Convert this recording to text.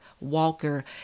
walker